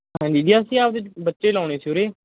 ਹਾਂਜੀ ਜੀ ਅਸੀਂ ਆਪਦੇ ਬੱਚੇ ਲਾਉਣੇ ਸੀ ਉਰੇ